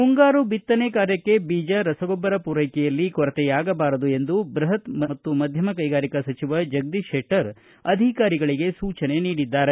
ಮುಂಗಾರು ಬಿತ್ತನೆ ಕಾರ್ಯಕ್ಕೆ ಬೀಜ ರಸಗೊಬ್ಬರ ಪೂರೈಕೆಯಲ್ಲಿ ಕೊರತೆಯಾಗಬಾರದು ಎಂದು ಬೃಹತ್ ಮಧ್ಯಮ ಕೈಗಾರಿಕೆ ಸಚಿವ ಜಗದೀತ ಶೆಟ್ಟರ್ ಅಧಿಕಾರಿಗಳಿಗೆ ಸೂಚನೆ ನೀಡಿದ್ದಾರೆ